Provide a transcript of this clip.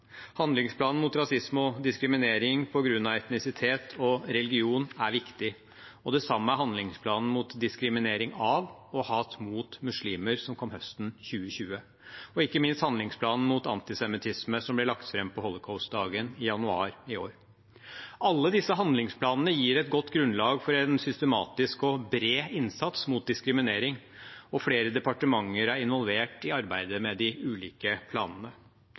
Handlingsplanen mot rasisme og diskriminering på grunn av etnisitet og religion er viktig. Det samme er handlingsplanen mot diskriminering av og hat mot muslimer, som kom høsten 2020, og ikke minst handlingsplanen mot antisemittisme, som ble lagt fram på Holocaustdagen i januar i år. Alle disse handlingsplanene gir et godt grunnlag for en systematisk og bred innsats mot diskriminering, og flere departementer er involvert i arbeidet med de ulike planene.